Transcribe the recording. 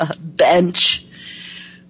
bench